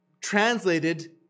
translated